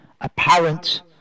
apparent